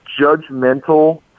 judgmental